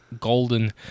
golden